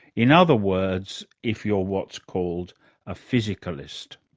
in other words, if you're what's called a physicalist.